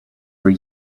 were